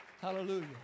Hallelujah